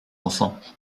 enfants